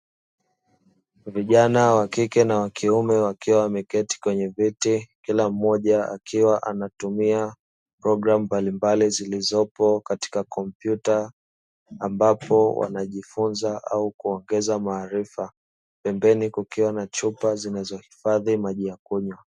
Vijana wa kike na wa kiume wakiwa wameketi kwenye viti kila mmoja akiwa anatumia programu mbalimbali zilizopo katika kompyuta ambapo wanajifunza au kuongeza maarifa pembeni kukiwa na chupa zinazohifadhi maji ya kunywa.